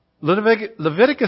Leviticus